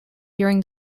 during